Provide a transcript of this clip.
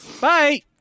Bye